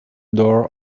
door